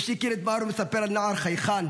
מי שהכיר את מארו מספר על נער חייכן,